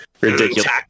ridiculous